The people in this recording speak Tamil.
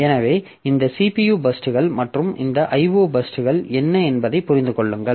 எனவே இந்த CPU பர்ஸ்ட்கள் மற்றும் இந்த IO பர்ஸ்ட்கள் என்ன என்பதைப் புரிந்து கொள்ளுங்கள்